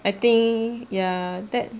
I think ya that